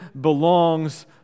belongs